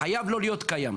זה חייב לא להיות קיים.